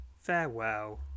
farewell